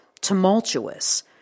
tumultuous